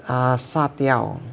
啊杀掉